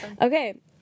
Okay